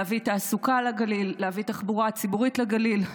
להביא תעסוקה לגליל, להביא תחבורה ציבורית לגליל.